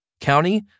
County